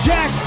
Jack